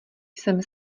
jsem